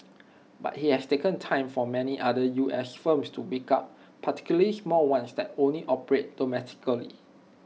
but IT has taken time for many other U S firms to wake up particularly small ones that only operate domestically